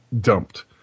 dumped